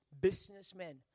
businessmen